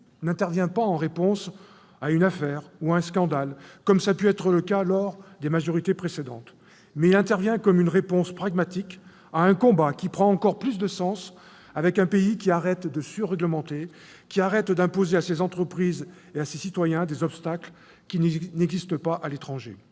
n'intervient pas en réponse à une affaire ou à un scandale, comme cela a pu se produire sous les majorités précédentes, mais comme une réponse pragmatique à un combat qui prend encore plus de sens dans un pays qui arrête de surréglementer, qui cesse d'imposer à ses entreprises et à ses citoyens des obstacles qui n'existent pas à l'étranger.